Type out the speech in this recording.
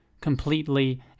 Completely